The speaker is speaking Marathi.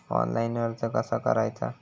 ऑनलाइन कर्ज कसा करायचा?